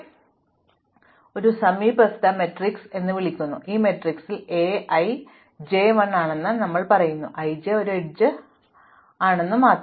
അതിനാൽ ഇതിനെ ഒരു സമീപസ്ഥ മാട്രിക്സ് എന്ന് വിളിക്കുന്നു ഈ മാട്രിക്സിൽ A i j 1 ആണെന്ന് ഞങ്ങൾ പറയുന്നു i j ഒരു എഡ്ജ് ആണെങ്കിൽ മാത്രം